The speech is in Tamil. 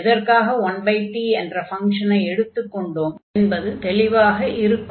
எதற்காக 1t என்ற ஃபங்ஷனை எடுத்துக் கொண்டோம் என்பது தெளிவாக இருக்கும்